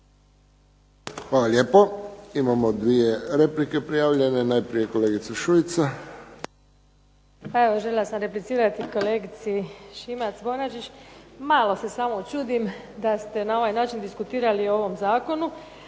Hvala lijepo. Imamo dvije replike prijavljene. Najprije kolegica Šuica. **Šuica, Dubravka (HDZ)** Pa evo željela sam replicirati kolegici Šimac-Bonačić. Malo se samo čudim da ste na ovaj način diskutirali o ovom zakonu.